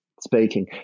speaking